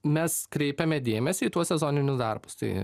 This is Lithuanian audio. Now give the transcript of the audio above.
mes kreipiame dėmesį į tuos sezoninius darbus tai